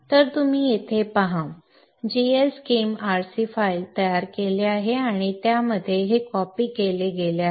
तर तुम्ही येथे पहा gschem r c तयार केले आहे आणि त्यामध्ये हे कॉपी केले गेले आहे